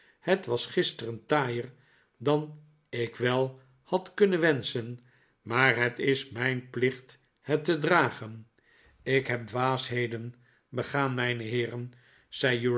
het was gisteren taaier dan ik wel had kunnen wenschen maar het is mijn plicht het te dragen ik heb dwaasheden begaan mijne heeren